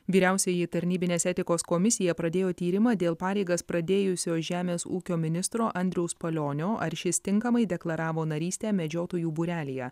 vyriausioji tarnybinės etikos komisija pradėjo tyrimą dėl pareigas pradėjusio žemės ūkio ministro andriaus palionio ar šis tinkamai deklaravo narystę medžiotojų būrelyje